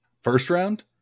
First-round